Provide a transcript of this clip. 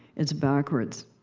is backwards.